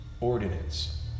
ordinance